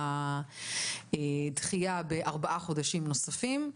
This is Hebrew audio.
והדחייה בארבעה חודשים נוספים.